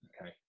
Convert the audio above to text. okay